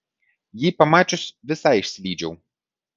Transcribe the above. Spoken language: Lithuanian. jį pamačius visai išsilydžiau